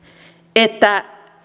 että